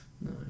no